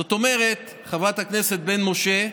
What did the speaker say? זאת אומרת, חברת הכנסת בן משה,